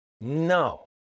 No